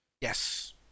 Yes